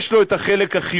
יש לו את החלק החיובי,